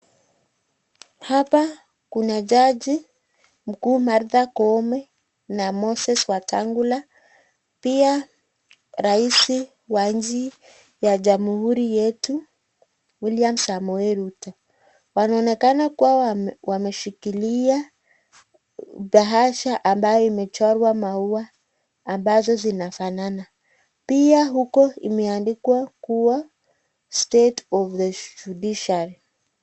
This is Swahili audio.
Hapa kuna jaji mkuu Martha koome na Mosses Wetangula pia rais wa nchi ya jamuhuri yetu William samoe ruto wanaonekana kuwa wameshikilia paasha ambayo imechorwa maua ambazo zinafanana, pia huku imeandikwa kuwa State of the judiciary .